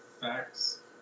facts